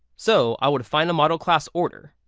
so i would find the model class order.